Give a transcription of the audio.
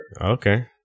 Okay